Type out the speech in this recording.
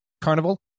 Carnival